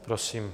Prosím.